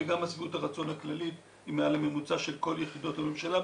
וגם שביעות הרצון הכללית היא מעל הממוצע של כל יחידות הממשלה,